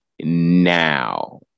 now